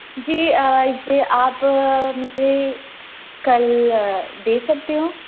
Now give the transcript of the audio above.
जी ये आप मुझे कल दे सकते हो